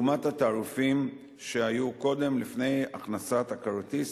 לעומת התעריפים שהיו קודם לפני הכנסת הכרטיס